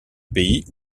pays